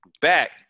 Back